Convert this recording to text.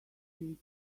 did